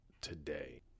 today